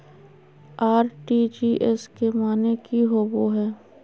RTGS के माने की होबो है?